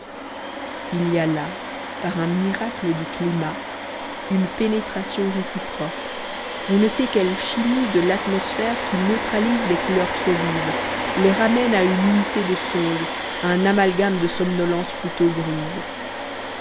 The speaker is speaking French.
il y a là par un miracle du climat une pénétration réciproque on ne sait quelle chimie de l'atmosphère qui neutralise les couleurs trop vives les ramène à une unité de songe à un amalgame de somnolence plutôt grise